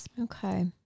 Okay